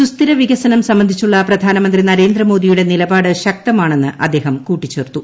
സുസ്ഥിര വികസനം സംബന്ധിച്ചുള്ള പ്രധാനമന്ത്രി നരേന്ദ്രമോദിയ്ുടെ നിലപാട് ശക്തമാണെന്ന് അദ്ദേഹം കൂട്ടിച്ചേർത്തു